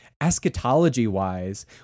eschatology-wise